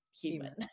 human